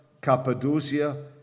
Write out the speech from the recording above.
Cappadocia